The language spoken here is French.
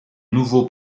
nouveau